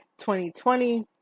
2020